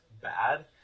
bad